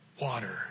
Water